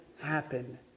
happen